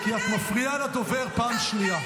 כי את מפריעה לדובר פעם שנייה.